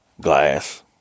glass